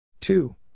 Two